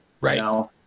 right